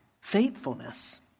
faithfulness